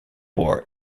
war